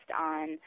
on